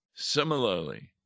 Similarly